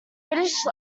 british